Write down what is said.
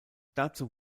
dazu